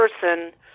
person